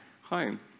home